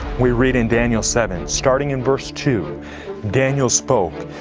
we read in daniel seven, starting in verse two daniel spoke,